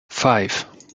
five